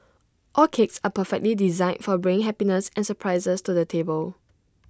all cakes are perfectly designed for bringing happiness and surprises to the table